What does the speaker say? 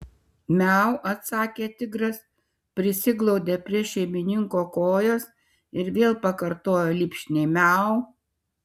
miau atsakė tigras prisiglaudė prie šeimininko kojos ir vėl pakartojo lipšniai miau